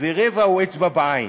ורבע הוא אצבע בעין.